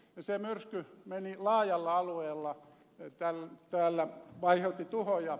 se myrsky meni laajalla alueella täällä ja aiheutti tuhoja